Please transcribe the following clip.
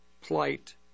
plight